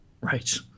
Right